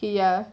ya